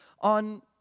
on